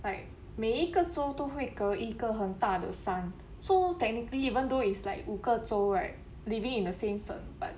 like 每一个州都会各一个很大的山 so technically even though is like 五个周 right living in the same cert~